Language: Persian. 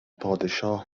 پادشاه